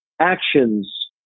actions